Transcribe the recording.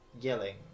Yelling